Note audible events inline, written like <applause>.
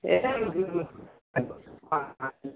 <unintelligible>